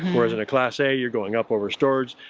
whereas in a class a you're going up over storage.